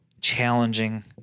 challenging